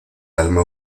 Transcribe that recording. alma